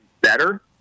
better